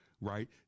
right